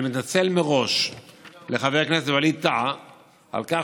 אני מתנצל מראש בפני חבר הכנסת ווליד טאהא על כך